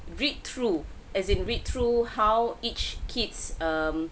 read through as in read through how each kids um